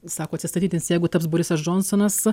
sako atsistatydins jeigu taps borisas džonsonas